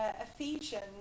Ephesians